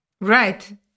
Right